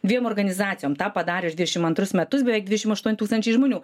dviem organizacijom tą padarė už dvidešim antrus metus beveik dvidešim aštuoni tūkstančiai žmonių